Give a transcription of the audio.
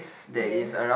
yes